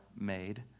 made